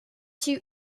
two